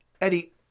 Eddie